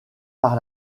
par